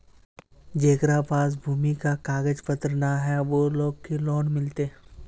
जेकरा पास भूमि का कागज पत्र न है वो लोग के लोन मिलते?